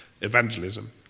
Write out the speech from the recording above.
evangelism